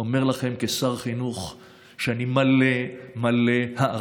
אני אומר לכם כשר חינוך שאני מלא הערכה,